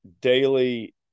daily